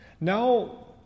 Now